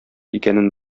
икәнен